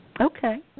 Okay